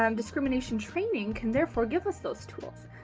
um discrimination training can therefore give us those tools,